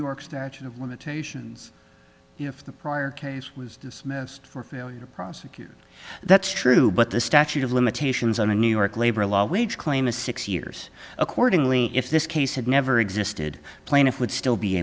york statute of limitations if the prior case was dismissed for failure to prosecute that's true but the statute of limitations on a new york labor law wage claim is six years accordingly if this case had never existed plaintiff would still be